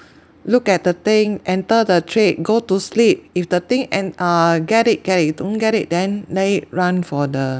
look at the thing enter the trade go to sleep if the thing and uh get it get it you don't get it then let it run for the